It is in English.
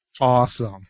Awesome